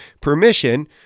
permission